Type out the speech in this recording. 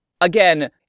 Again